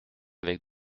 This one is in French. avec